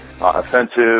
offensive